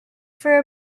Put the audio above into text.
for